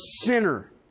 sinner